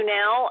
now